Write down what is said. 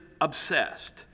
obsessed